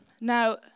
Now